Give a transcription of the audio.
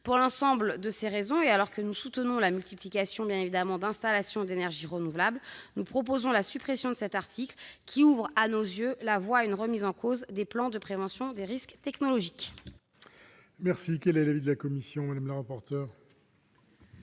Pour l'ensemble de ces raisons, et alors que nous soutenons bien évidemment la multiplication d'installations d'énergies renouvelables, nous demandons la suppression de cet article, qui ouvre, à nos yeux, la voie à une remise en cause des plans de prévention des risques technologiques.